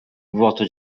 vuoto